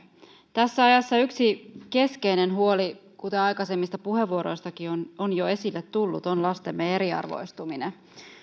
tässä ajassa yksi keskeinen huoli kuten aikaisemmista puheenvuoroistakin on on jo esille tullut on lastemme eriarvoistuminen